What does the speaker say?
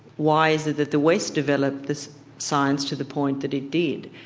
why is it that the west developed this science to the point that it did?